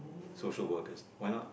social workers why not